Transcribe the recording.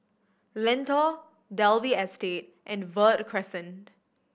Lentor Dalvey Estate and Verde Crescent